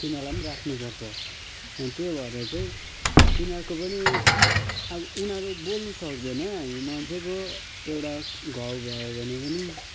तिनीहरूलाई पनि राख्नुपर्छ अन् त्यो भएर चाहिँ तिनीहरूको पनि अब उनीहरू बोल्नु पो सक्दैन हामी मान्छे पो एउटा घाउ भयो भने पनि